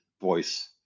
voice